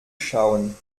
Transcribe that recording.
schauen